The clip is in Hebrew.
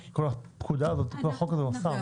כי בכל הפקודה הזאת ובכל החוק הזה מופיע 'השר'.